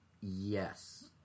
Yes